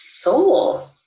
soul